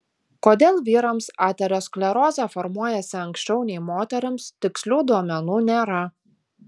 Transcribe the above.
kodėl vyrams aterosklerozė formuojasi anksčiau nei moterims tikslių duomenų nėra